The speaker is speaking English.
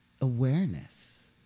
awareness